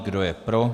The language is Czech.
Kdo je pro?